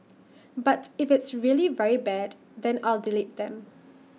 but if it's really very bad then I'll delete them